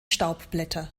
staubblätter